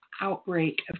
outbreak